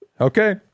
okay